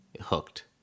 hooked